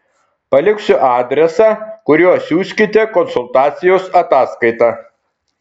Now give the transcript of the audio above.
paliksiu adresą kuriuo siųskite konsultacijos ataskaitą